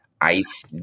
ice